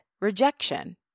rejection